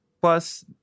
Plus